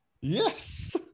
Yes